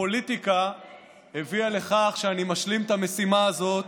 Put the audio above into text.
הפוליטיקה הביאה לכך שאני משלים את המשימה הזאת